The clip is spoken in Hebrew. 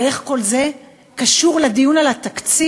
ואיך כל זה קשור לדיון על התקציב?